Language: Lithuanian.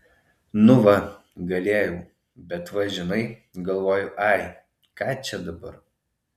nu va galėjau bet va žinai galvoju ai ką čia dabar